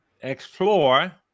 explore